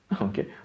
Okay